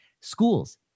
schools